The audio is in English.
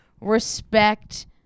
respect